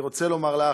אני רוצה לומר לך,